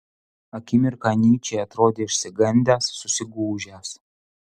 akimirką nyčė atrodė išsigandęs susigūžęs